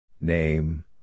Name